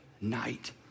night